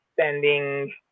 spending